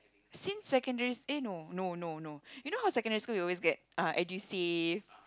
since secondary eh no no no no you know how secondary school you always get uh Edusave